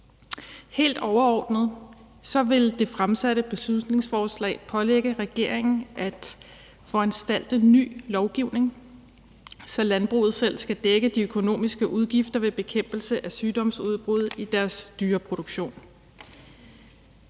Helt overordnet vil det fremsatte beslutningsforslag pålægge regeringen at foranstalte ny lovgivning, så landbruget selv skal dække de økonomiske udgifter ved bekæmpelse af sygdomsudbrud i deres dyreproduktion.